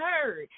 heard